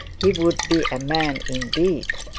he would be a man indeed.